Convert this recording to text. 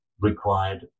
required